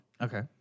Okay